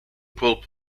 pole